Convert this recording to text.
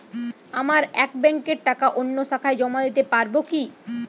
আমার এক ব্যাঙ্কের টাকা অন্য শাখায় জমা দিতে পারব কি?